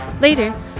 Later